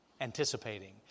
anticipating